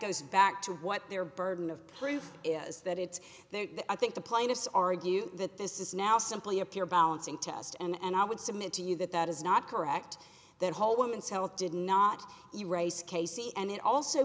goes back to what their burden of proof is that it's there i think the plaintiffs argue that this is now simply a pure balancing test and i would submit to you that that is not correct that whole woman's health did not erase casey and it also